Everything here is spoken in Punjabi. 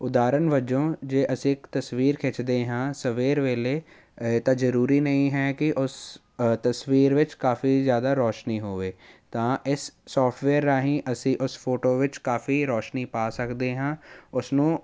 ਉਦਾਹਰਣ ਵਜੋਂ ਜੇ ਅਸੀਂ ਇੱਕ ਤਸਵੀਰ ਖਿੱਚਦੇ ਹਾਂ ਸਵੇਰ ਵੇਲੇ ਤਾਂ ਜ਼ਰੂਰੀ ਨਹੀਂ ਹੈ ਕਿ ਉਸ ਤਸਵੀਰ ਵਿੱਚ ਕਾਫੀ ਜ਼ਿਆਦਾ ਰੌਸ਼ਨੀ ਹੋਵੇ ਤਾਂ ਇਸ ਸੋਫਟਵੇਅਰ ਰਾਹੀਂ ਅਸੀਂ ਉਸ ਫੋਟੋ ਵਿੱਚ ਕਾਫੀ ਰੌਸ਼ਨੀ ਪਾ ਸਕਦੇ ਹਾਂ ਉਸਨੂੰ